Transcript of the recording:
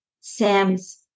Sam's